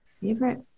Favorite